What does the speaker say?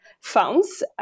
funds